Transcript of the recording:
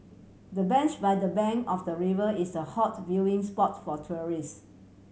the bench by the bank of the river is a hot viewing spot for tourists